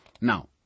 Now